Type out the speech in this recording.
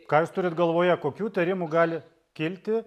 ką jūs turit galvoje kokių įtarimų gali kilti